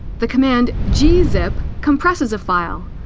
the command gzip compresses a file.